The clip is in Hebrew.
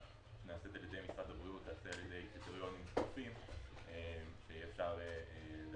נעשית על ידי משרד הבריאות תעשה עם קריטריונים שקופים שיהיה אפשר לדעת